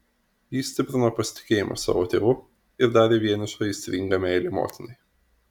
jį stiprino pasitikėjimas savo tėvu ir darė vienišą aistringa meilė motinai